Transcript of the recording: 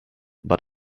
but